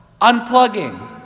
Unplugging